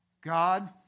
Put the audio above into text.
God